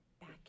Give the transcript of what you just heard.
back